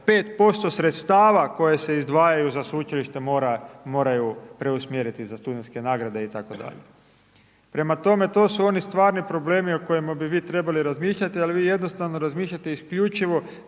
5% sredstava koji se izdvajaju za sveučilište moraju preusmjeriti za studentske nagrade itd. Prema tome to su oni stvarni problemi o kojima bi vi trebali razmišljati, ali vi jednostavno razmišljate isključivo